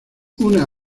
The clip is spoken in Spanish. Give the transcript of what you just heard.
una